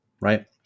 Right